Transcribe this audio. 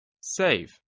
Save